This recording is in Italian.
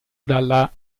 dalla